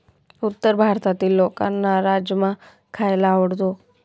उत्तर भारतातील लोकांना राजमा खायला आवडतो